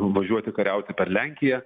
važiuoti kariauti per lenkiją